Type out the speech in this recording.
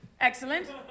Excellent